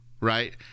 right